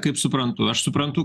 kaip suprantu aš suprantu